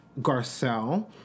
Garcelle